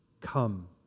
Come